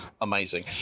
amazing